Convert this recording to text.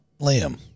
Liam